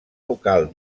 local